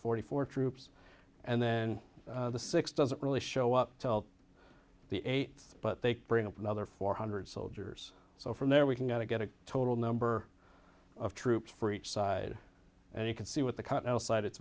forty four troops and then the six doesn't really show up the eighth but they bring up another four hundred soldiers so from there we can get a get a total number of troops for each side and you can see what the cut aside it's